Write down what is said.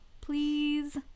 Please